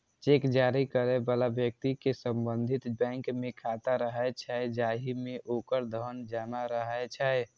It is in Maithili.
चेक जारी करै बला व्यक्ति के संबंधित बैंक मे खाता रहै छै, जाहि मे ओकर धन जमा रहै छै